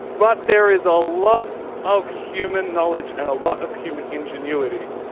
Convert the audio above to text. but there is a lot of human knowledge, and a lot of human ingenuity,